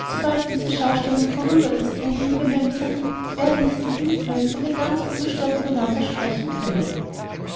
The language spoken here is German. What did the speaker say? sobald diese schaustellung vorüber ist meine liebe memsahib werde ich sie hinführen wo wir ganz ungestört miteinander sprechen können